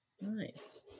nice